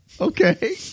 okay